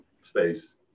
space